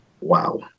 Wow